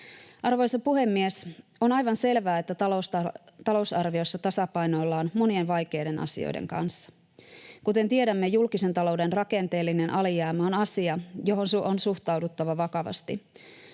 Arvoisa puhemies! On aivan selvää, että talousarviossa tasapainoillaan monien vaikeiden asioiden kanssa. Kuten tiedämme, julkisen talouden rakenteellinen alijäämä on asia, johon on suhtauduttava vakavasti.